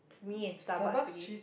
me and Starbucks okay